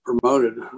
promoted